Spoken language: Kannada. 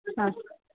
ಹಾಂ